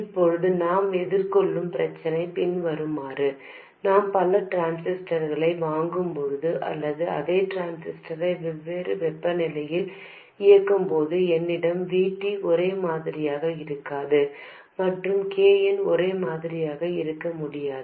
இப்போது நாம் எதிர்கொள்ளும் பிரச்சனை பின்வருமாறு நாம் பல டிரான்சிஸ்டர்களை வாங்கும் போது அல்லது அதே டிரான்சிஸ்டரை வெவ்வேறு வெப்பநிலையில் இயக்கும் போது என்னிடம் V T ஒரே மாதிரியாக இருக்காது மற்றும் k n ஒரே மாதிரியாக இருக்க முடியாது